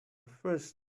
first